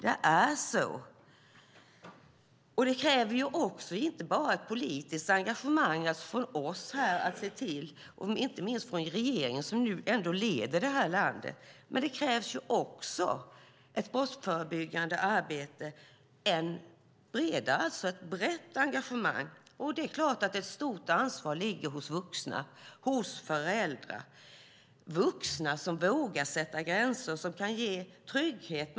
Det här kräver inte bara ett politiskt engagemang, från oss och inte minst regeringen som ändå leder landet, det krävs också ett brottsförebyggande arbete med ett mer brett engagemang. Ett stort ansvar ligger hos vuxna och föräldrar. Vuxna ska våga sätta gränser och ge trygghet.